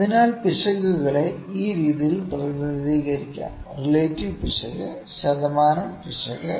അതിനാൽ പിശകുകളെ ഈ രീതിയിൽ പ്രതിനിധീകരിക്കാം റിലേറ്റീവ് പിശക് ശതമാനം പിശക്